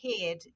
head